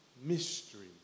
mystery